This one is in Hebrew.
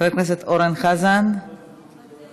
חבר הכנסת אורן חזן, מוותר.